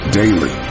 daily